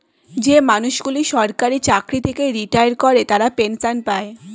যে মানুষগুলো সরকারি চাকরি থেকে রিটায়ার করে তারা পেনসন পায়